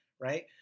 right